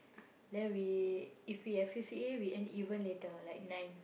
then we if we have C_C_A we end even later like nine